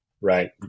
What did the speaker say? right